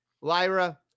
Lyra